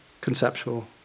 conceptual